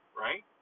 right